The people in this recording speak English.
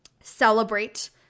celebrate